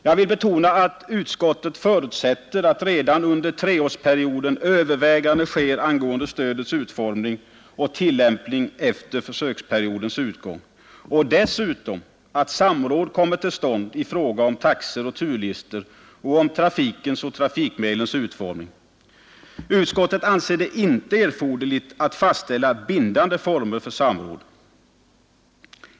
Jag vill betona att utskottet förutsätter ”att redan under treårsperioden överväganden sker beträffande stödets utformning och tillämpning efter försöksperiodens utgång”. Dessutom förutsätter utskottet att samråd ändock kommer till stånd i fråga om taxor och turlistor samt trafikens och trafikmedlens utformning m.m. Utskottet anser det emellertid inte erforderligt att fastställa bindande former för detta samråd.